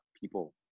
people